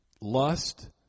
Lust